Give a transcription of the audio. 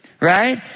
right